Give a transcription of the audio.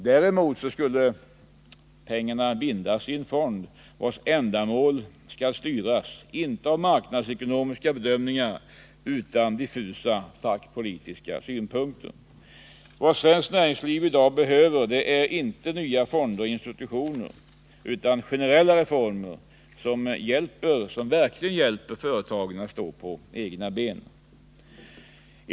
Däremot binds pengarna i en fond, vars ändamål skall styras inte av marknadsekonomiska bedömningar utan av diffusa fackliga/politiska synpunkter. Vad svenskt näringsliv behöver är inte nya fonder och institutioner utan generella reformer som verkligen hjälper företagen att stå på egna ben.